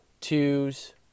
twos